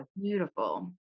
beautiful